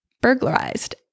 burglarized